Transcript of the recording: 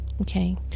Okay